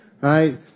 right